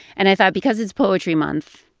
and i thought because it's poetry month,